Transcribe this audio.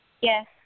Yes